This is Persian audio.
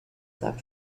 صرف